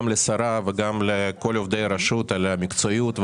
לשרה וגם לכל עובדי הרשות על המקצועיות,